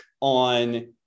on